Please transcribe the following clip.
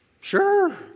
sure